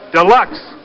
Deluxe